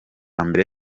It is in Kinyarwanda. mbere